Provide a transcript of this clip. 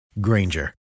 Granger